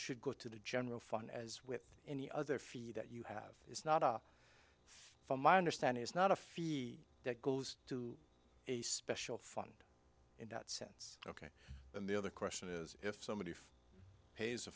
should go to the general fund as with any other fee that you have it's not up from my understanding it's not a fee that goes to a special fund in that sense ok but the other question is if somebody if pays a